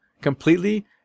completely